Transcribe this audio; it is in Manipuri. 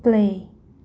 ꯄ꯭ꯂꯦ